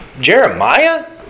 Jeremiah